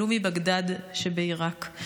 עלו מבגדאד שבעיראק.